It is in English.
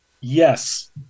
Yes